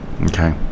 Okay